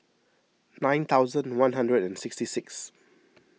nine thousand one hundred and sixty six